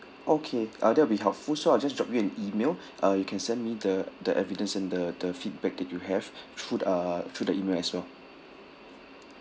okay uh that'll be helpful so I'll just drop you an email uh you can send me the the evidence in the the feedback that you have through uh through the email as well